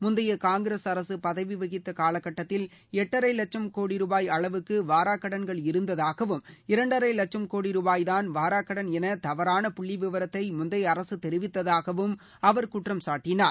முந்தைய காங்கிரஸ் அரசு பதவிவகித்த காலக்கட்டத்தில் எட்டரை லட்சும் கோடி ரூபாய் அளவுக்கு வாராக் கடன்கள் இருந்ததாகவும் இரண்டரை வட்சும் கோடி ரூபாயுதான் வாராக் கடன் என தவறான புள்ளி விவரத்தை முந்தைய அரசு தெரிவித்தாகவும் அவர் குற்றம்சாட்டினார்